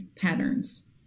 patterns